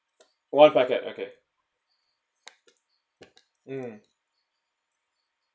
one packet okay mm